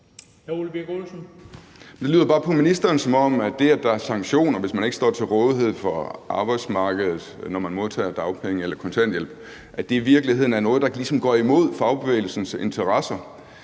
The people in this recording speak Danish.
Det lyder bare på ministeren, som om det, at der er sanktioner, hvis man ikke står til rådighed for arbejdsmarkedet, når man modtager dagpenge eller kontanthjælp, i virkeligheden er noget, der ligesom går imod fagbevægelsens interesser.